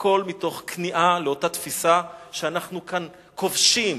הכול מתוך כניעה לאותה תפיסה שאנחנו כאן כובשים